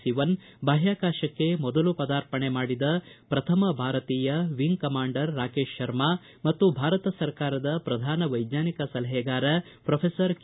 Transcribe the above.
ಸಿವನ್ ಬಾಹ್ಕಾಶಕ್ಕೆ ಮೊದಲು ಪದಾರ್ಪಣೆ ಮಾಡಿದ ಪ್ರಥಮ ಭಾರತೀಯ ವಿಂಗ್ ಕಮಾಂಡರ್ ರಾಕೇಶ್ ಶರ್ಮಾ ಮತ್ತು ಭಾರತ ಸರ್ಕಾರದ ಪ್ರಧಾನ ವೈಜ್ಞಾನಿಕ ಸಲಹೆಗಾರ ಪೊಫೆಸರ್ ಕೆ